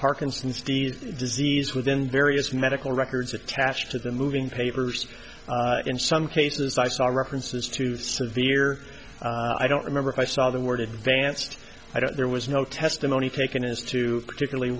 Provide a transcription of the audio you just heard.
parkinson's disease within the various medical records attached to the moving papers in some cases i saw references to the severe i don't remember if i saw the word advanced i don't there was no testimony taken as to particularly